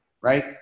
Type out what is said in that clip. Right